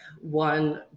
one